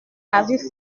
avis